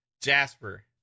Jasper